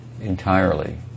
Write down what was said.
entirely